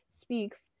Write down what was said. speaks